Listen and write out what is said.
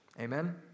Amen